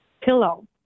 pillow